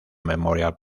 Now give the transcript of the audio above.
memorial